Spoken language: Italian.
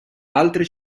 altre